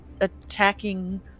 attacking